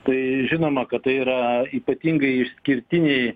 tai žinoma kad tai yra ypatingai išskirtiniai